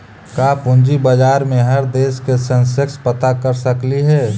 का पूंजी बाजार में हर देश के सेंसेक्स पता कर सकली हे?